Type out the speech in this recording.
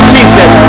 Jesus